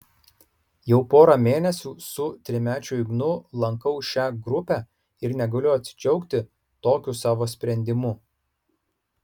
jau porą mėnesių su trimečiu ignu lankau šią grupę ir negaliu atsidžiaugti tokiu savo sprendimu